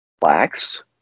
blacks